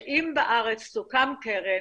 שאם בארץ תוקם קרן,